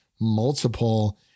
multiple